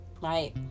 right